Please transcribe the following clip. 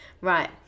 Right